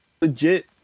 legit